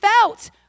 felt